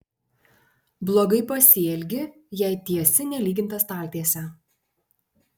blogai pasielgi jei tiesi nelygintą staltiesę